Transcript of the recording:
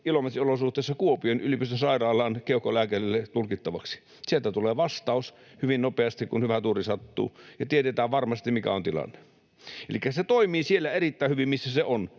Ilomantsin olosuhteissa Kuopion yliopistosairaalaan, keuhkolääkärille tulkittavaksi. Sieltä tulee vastaus hyvin nopeasti, kun hyvä tuuri sattuu, ja tiedetään varmasti, mikä on tilanne. Elikkä se toimii siellä erittäin hyvin, missä se on.